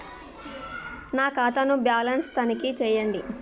నా ఖాతా ను బ్యాలన్స్ తనిఖీ చేయండి?